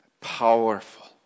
powerful